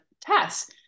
tests